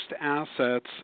assets